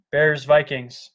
Bears-Vikings